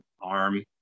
arm